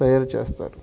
తయారు చేస్తారు